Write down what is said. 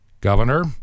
Governor